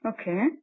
Okay